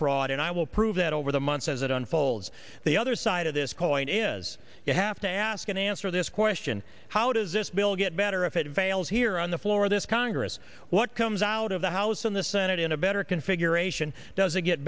fraud and i will prove that over the months as it unfolds the other side of this coin is you have to ask and answer this question how does this bill get better if it fails here on the floor of this congress what comes out of the house and the senate in a better configuration does it get